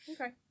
Okay